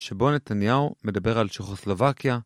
שבו נתניהו מדבר על צ'כוסלובקיה